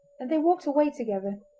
and they walked away together,